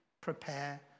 prepare